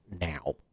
now